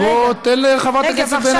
אז בוא, תן לחברת הכנסת בן ארי לדבר.